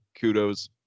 Kudos